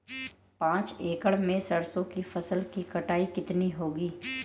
पांच एकड़ में सरसों की फसल की कटाई कितनी होगी?